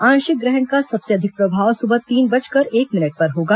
आंशिक ग्रहण का सबसे अधिक प्रभाव सुबह तीन बजकर एक मिनट पर होगा